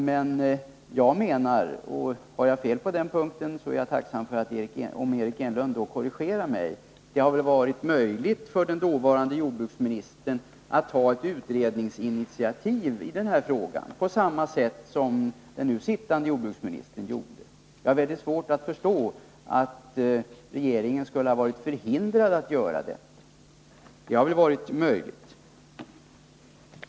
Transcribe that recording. Men jag menar — och har jag fel på den punkten är jag tacksam om Eric Enlund korrigerar mig-— att det hade varit möjligt för den dåvarande jordbruksministern att ta ett utredningsinitiativ i frågan, på samma sätt som den nu sittande jordbruksministern gjorde. Jag har väldigt svårt att förstå att regeringen skulle ha varit förhindrad att göra detta. Det hade väl varit möjligt.